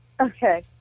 Okay